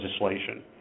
legislation